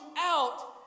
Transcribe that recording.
out